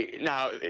now